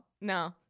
no